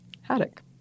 Haddock